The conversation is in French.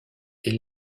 est